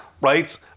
right